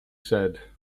said